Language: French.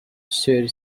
sur